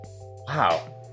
wow